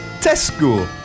Tesco